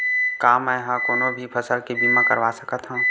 का मै ह कोनो भी फसल के बीमा करवा सकत हव?